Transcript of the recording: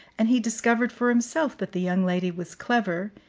and he discovered for himself that the young lady was clever,